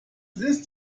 ist